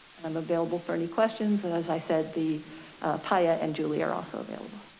and i'm available for any questions. and as i said, the paia and julie are also available.